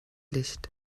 licht